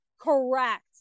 Correct